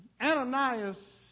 Ananias